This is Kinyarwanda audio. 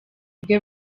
bwe